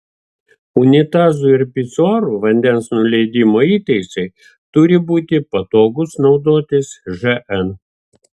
unitazų ir pisuarų vandens nuleidimo įtaisai turi būti patogūs naudotis žn